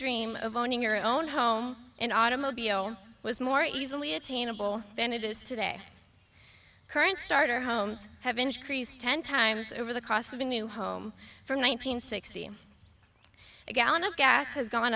dream of owning your own home and automobile was more easily attainable than it is today current starter homes have increased ten times over the cost of a new home for one nine hundred sixty a gallon of gas has gone